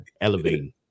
elevating